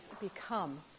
become